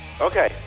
Okay